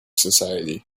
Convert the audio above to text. society